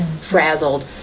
frazzled